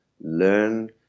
learn